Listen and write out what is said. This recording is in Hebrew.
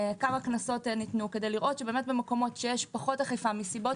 כמה קנסות ניתנו כדי לראות שבמקומות שיש פחות אכיפה מסיבות